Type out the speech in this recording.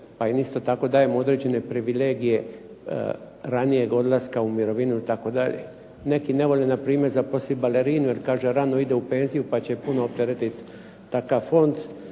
pa im isto dajemo određene privilegije ranijeg odlaska u mirovinu itd. Neki ne vole na primjer zaposliti balerinu jer kaže rano ide u penziju pa će puno opteretiti takav fond.